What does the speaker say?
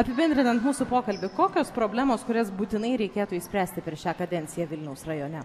apibendrinant mūsų pokalbį kokios problemos kurias būtinai reikėtų išspręsti per šią kadenciją vilniaus rajone